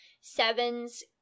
sevens